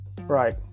Right